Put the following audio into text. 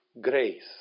Grace